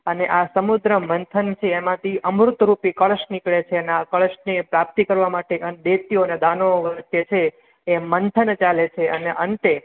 અને આ સમુદ્ર મંથન છે એમાંથી અમૃત રૂપી કળશ નીકળે છે એના કળશની એ પ્રાપ્તિ કરવા માટે દૈત્યો અને દાનવો વચ્ચે છે એ મંથન ચાલે છે અને અંતે